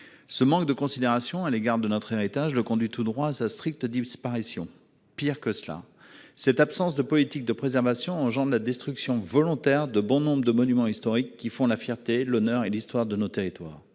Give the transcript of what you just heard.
Ce manque de considération à l'égard de notre héritage le conduit tout droit sa stricte disparition pire que cela. Cette absence de politique de préservation, gens de la destruction volontaire de bon nombre de monuments historiques qui font la fierté l'honneur et l'histoire de nos territoires.